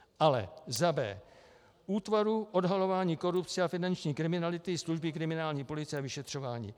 Ale za b) Útvaru odhalování korupce a finanční kriminality slouží Kriminální policie a vyšetřování.